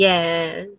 Yes